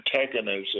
antagonism